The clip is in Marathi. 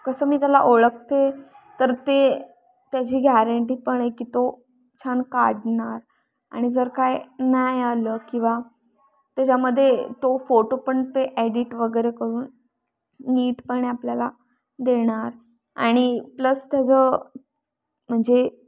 कसं मी त्याला ओळखते तर ते त्याची गॅरंटी पण आहे की तो छान काढणार आणि जर काय नाही आलं किंवा त्याच्यामध्ये तो फोटो पण ते एडिट वगैरे करून नीटपणे आपल्याला देणार आणि प्लस त्याचं म्हणजे